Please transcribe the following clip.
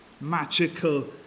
magical